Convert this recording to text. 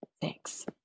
thanks